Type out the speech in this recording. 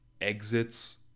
exits